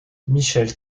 michel